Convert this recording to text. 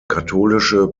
katholische